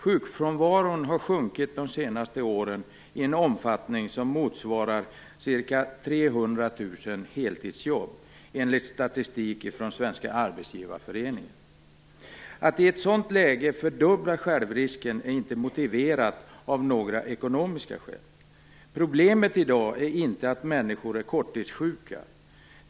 Sjukfrånvaron har sjunkit under de senaste åren i en omfattning som motsvarar ca 300 000 Att i ett sådant läge fördubbla självrisken är inte motiverat av några ekonomiska skäl. Problemet i dag är inte att människor är korttidssjuka.